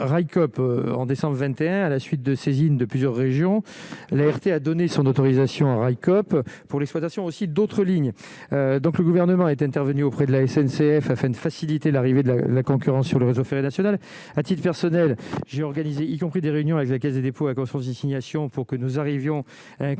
en décembre 21 à la suite de saisine de plusieurs régions, l'ART a donné son autorisation à Railcoop pour l'exportation aussi d'autres lignes, donc le gouvernement est intervenu auprès de la SNCF afin de faciliter l'arrivée de la concurrence sur le réseau ferré national a-t-il personnel, j'ai organisé, y compris des réunions avec la Caisse des dépôts a conscience désignation pour que nous arrivions